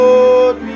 Lord